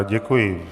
Děkuji.